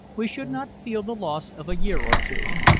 we should not feel the loss of a year or two.